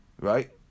right